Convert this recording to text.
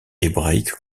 hébraïque